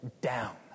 down